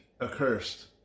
accursed